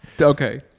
okay